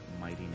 mighty